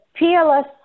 PLS